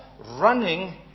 running